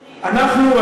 אנחנו,